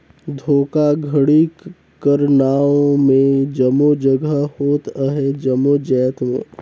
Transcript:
धोखाघड़ी कर नांव में जम्मो जगहा होत अहे जम्मो जाएत में